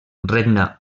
regna